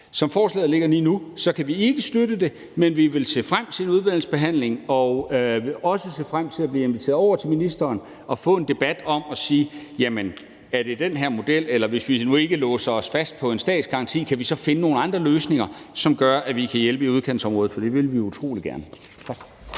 Som forslaget ligger lige nu, kan vi ikke støtte det, men vi vil se frem til en udvalgsbehandling og vil også se frem til at blive inviteret over til ministeren og få en debat om, om det skal være den her model, eller om vi, hvis vi nu ikke låser os fast på en statsgaranti, kan finde nogle andre løsninger, som gør, at vi kan hjælpe i udkantsområder, for det vil vi utrolig gerne.